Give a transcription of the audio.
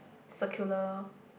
circular